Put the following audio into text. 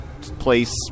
place